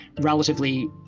relatively